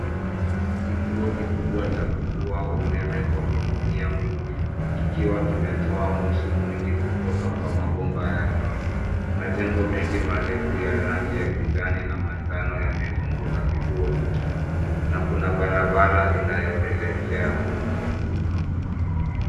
Kituo kikubwa cha kufua umeme kwa kutumia mvuke kikiwa kimetoa moshi mwingi kutoka kwa mabomba yake. Majengo mengi marefu ya rangi ya kijani na manjano yamezunguka kituo hicho na kuna barabara inayoelekea humu.